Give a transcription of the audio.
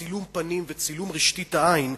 צילום פנים וצילום רשתית העין,